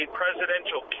presidential